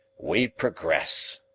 we progress,